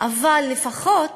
אבל לפחות